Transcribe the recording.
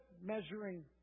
measuring